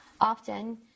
Often